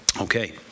Okay